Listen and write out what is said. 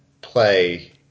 play